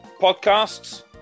Podcasts